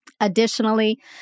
Additionally